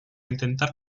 intentar